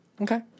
Okay